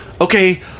okay